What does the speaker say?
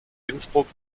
innsbruck